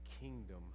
Kingdom